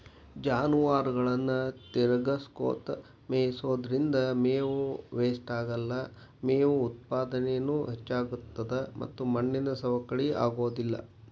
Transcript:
ಜಾನುವಾರುಗಳನ್ನ ತಿರಗಸ್ಕೊತ ಮೇಯಿಸೋದ್ರಿಂದ ಮೇವು ವೇಷ್ಟಾಗಲ್ಲ, ಮೇವು ಉತ್ಪಾದನೇನು ಹೆಚ್ಚಾಗ್ತತದ ಮತ್ತ ಮಣ್ಣಿನ ಸವಕಳಿ ಆಗೋದಿಲ್ಲ